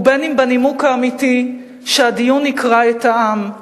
ואם בנימוק האמיתי שהדיון יקרע את העם,